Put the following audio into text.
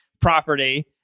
property